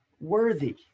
worthy